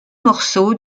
morceaux